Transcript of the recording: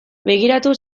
begiratu